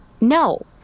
No